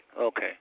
Okay